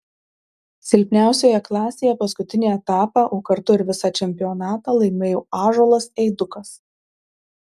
silpniausioje klasėje paskutinį etapą o kartu ir visą čempionatą laimėjo ąžuolas eidukas